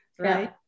Right